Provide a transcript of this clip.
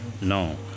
no